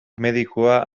medikua